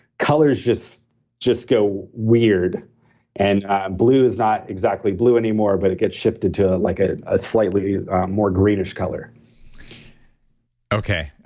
colors just just go weird and ah blue is not exactly blue anymore but it gets shifted to like ah a slightly more greenish color okay,